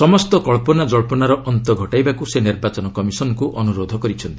ସମସ୍ତ କଳ୍ପନାଜଳ୍ପନାର ଅନ୍ତ ଘଟାଇବାକୁ ସେ ନିର୍ବାଚନ କମିଶନଙ୍କୁ ଅନୁରୋଧ କରିଛନ୍ତି